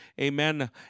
amen